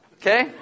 Okay